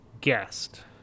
guest